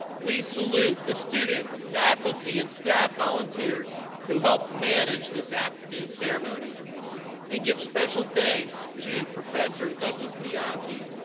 we salute the student faculty and staff volunteers who helped manage this afternoon's ceremony and give special thanks to professor douglas bianchi,